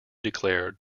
declared